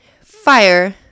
fire